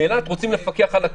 באילת רוצים לפקח על הכול.